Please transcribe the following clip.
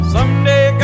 Someday